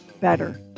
better